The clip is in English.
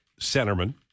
centerman